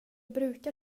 brukar